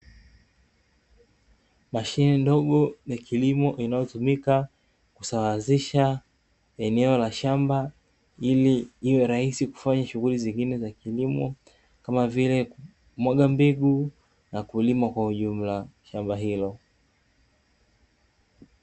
Mashine ndogo ya kilimo inayotumika kusawazisha eneo la shamba ili iwe rahisi kufanya shughuli zingine za kilimo, kama vile kumwaga mbegu na kulima kwa ujumla shamba hilo.